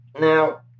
Now